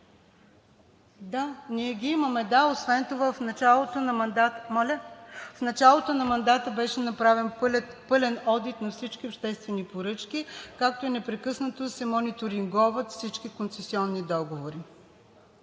Да, ние ги имаме. Освен това в началото на мандата беше направен пълен одит на всички обществени поръчки, както и непрекъснато се мониторинговат всички концесионни договори.